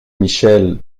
michel